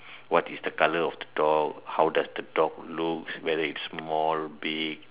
what is the colour of the dog how does the dog looks whether it's small big